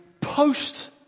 post